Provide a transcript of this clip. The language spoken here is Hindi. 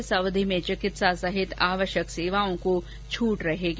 इस अवधि में चिकित्सा सहित आवश्यक सेवाओं को छूट रहेगी